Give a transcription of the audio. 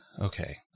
okay